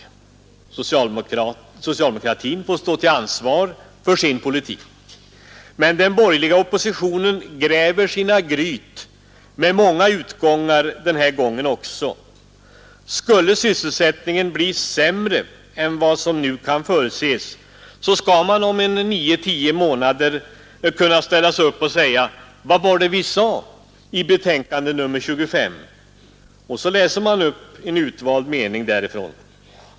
Socialdemokratin får stå till svars för sin politik. Men den borgerliga oppositionen gräver sina gryt med många utgångar den här gången också. Skulle sysselsättningen bli sämre än vad som nu kan förutses, så skall man om nio månader kunna ställa sig upp och säga: Vad var det vi sade i betänkande nr 25? Och så läser man upp en utvald mening därifrån.